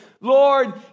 Lord